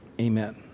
Amen